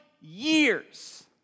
years